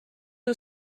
nhw